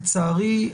לצערי,